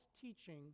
teaching